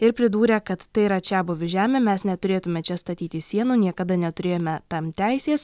ir pridūrė kad tai yra čiabuvių žemė mes neturėtume čia statyti sienų niekada neturėjome tam teisės